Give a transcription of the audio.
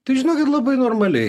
tai žinokit labai normaliai